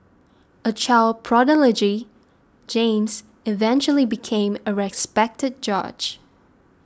a child prodigy James eventually became a respected judge